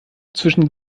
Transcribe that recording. zwischen